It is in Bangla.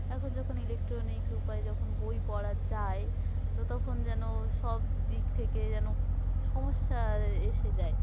এখন যখন ইলেকট্রনিক্স উপায়ে যখন বই পড়া যায় তো তখন যেন সব দিক থেকে যেন সমস্যা এসে যায়